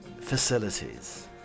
facilities